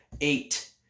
eight